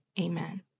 amen